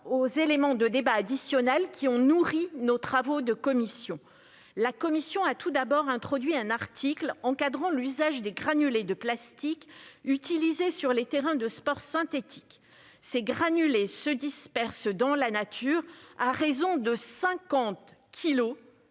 aux éléments de débat additionnels qui ont nourri nos travaux en commission. La commission a tout d'abord introduit un article encadrant l'usage des granulés de plastique utilisés sur les terrains de sport synthétiques. Ces granulés se dispersent dans la nature à raison de 50